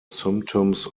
symptoms